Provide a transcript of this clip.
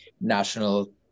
national